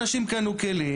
אנשים קנו כלים,